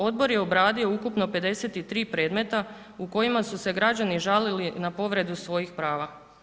Odbor je obradio ukupno 53 predmeta u kojima su se građani žalili na povredu svojih prava.